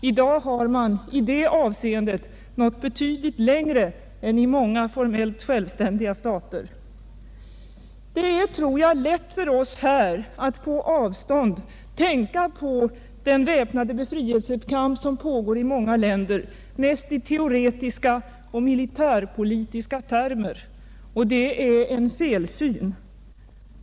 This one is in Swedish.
I dag har man i detta avseende nått betydligt längre än många formellt självständiga stater. Det är, tror jag, lätt för oss att så här på avstånd tänka på den väpnade befrielsekamp som pågår i många länder, kanske mest i teoretiska och militärpolitiska termer. Det är en felsyn.